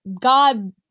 God